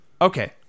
Okay